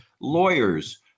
lawyers